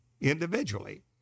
individually